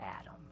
Adam